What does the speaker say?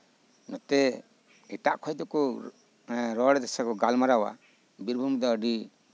ᱱᱚᱛᱮ ᱮᱴᱟᱠ ᱠᱷᱚᱱ ᱫᱚ ᱠᱚ ᱨᱚᱲ ᱮᱫᱟ ᱥᱮᱠᱚ ᱜᱟᱞᱢᱟᱨᱟᱣᱟ ᱵᱤᱨᱵᱷᱩᱢ ᱨᱮᱫᱚ ᱟᱹᱰᱤ